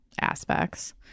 aspects